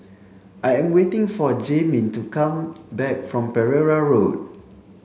I am waiting for Jamin to come back from Pereira Road